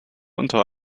unter